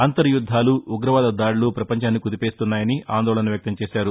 అంతర్యుద్ధాలు ఉగ్రవాద దాదులు ప్రపంచాన్ని కుదిపేస్తున్నాయని ఆందోళన వ్యక్తం చేశారు